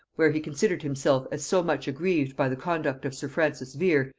where he considered himself as so much aggrieved by the conduct of sir francis vere,